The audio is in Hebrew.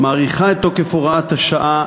מי שיציג את הצעת החוק, השר גדעון סער,